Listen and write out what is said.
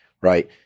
right